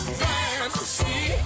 fantasy